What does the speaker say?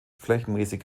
flächenmäßig